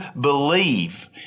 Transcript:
believe